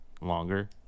longer